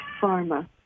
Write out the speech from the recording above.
Pharma